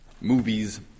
movies